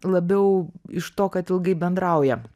labiau iš to kad ilgai bendrauja